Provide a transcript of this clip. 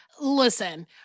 listen